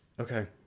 Okay